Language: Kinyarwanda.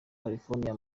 california